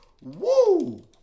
Woo